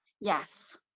Yes